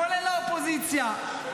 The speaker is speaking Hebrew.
כולל האופוזיציה.